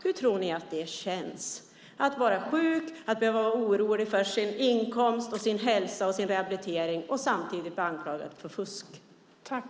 Hur tror ni att det känns att vara sjuk, att behöva vara orolig för sin inkomst, sin hälsa och rehabilitering och samtidigt bli anklagad för fusk?